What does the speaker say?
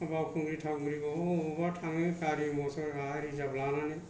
बावखुंग्रि थावखुंग्रि बबावबा बबावबा थाङो गारि मथर रिजार्भ लानानै